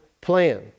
plan